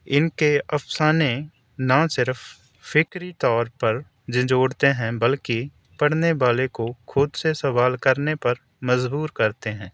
ان کے افسانے نہ صرف فکری طور پر جھنجوڑتے ہیں بلکہ پڑھنے والے کو خود سے سوال کرنے پر مجبور کرتے ہیں